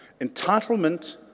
Entitlement